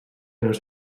nos